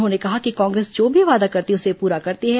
उन्होंने कहा कि कांग्रेस जो भी वादा करती है उसे पूरा करती है